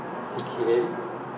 okay